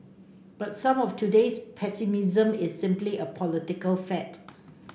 but some of today's pessimism is simply a political fad